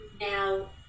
now